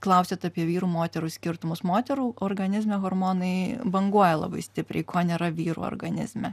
klausiat apie vyrų moterų skirtumus moterų organizme hormonai banguoja labai stipriai ko nėra vyrų organizme